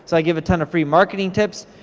so i give a ton of free marketing tips,